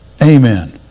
Amen